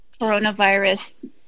coronavirus